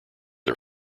are